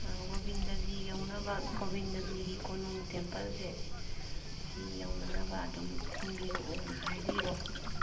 ꯑꯥ ꯒꯣꯕꯤꯟꯗꯖꯤ ꯌꯧꯅꯕ ꯒꯣꯕꯤꯟꯗꯖꯤꯒꯤ ꯀꯣꯅꯨꯡ ꯇꯦꯝꯄꯜꯁꯦ ꯑꯁꯤ ꯌꯧꯅꯅꯕ ꯑꯗꯨꯝ ꯊꯤꯟꯕꯤꯔꯛꯑꯣꯅ ꯍꯥꯏꯕꯤꯔꯣ